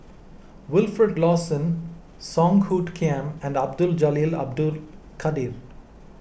Wilfed Lawson Song Hoot Kiam and Abdul Jalil Abdul Kadir